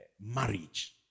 marriage